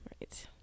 Right